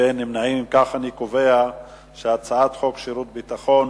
חוק שירות ביטחון